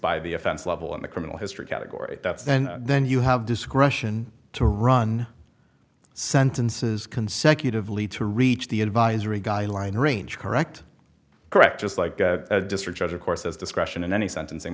by the offense level in the criminal history category that's and then you have discretion to run sentences consecutively to reach the advisory guideline range correct correct just like the district judge of course has discretion in any sentencing